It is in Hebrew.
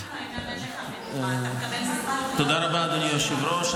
תודה רבה, אדוני היושב-ראש.